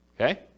okay